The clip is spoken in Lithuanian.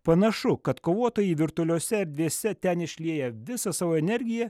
panašu kad kovotojai virtualiose erdvėse ten išlieja visą savo energiją